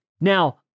Now